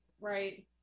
Right